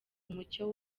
umucyo